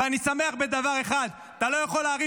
ואני שמח על דבר אחד: אתה לא יכול להרים